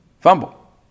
fumble